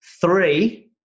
three